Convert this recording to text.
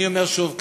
אני אומר שוב כאן: